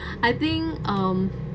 I think um